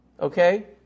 Okay